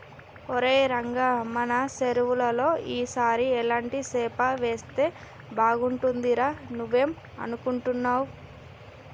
ఒరై రంగ మన సెరువులో ఈ సారి ఎలాంటి సేప వేస్తే బాగుంటుందిరా నువ్వేం అనుకుంటున్నావ్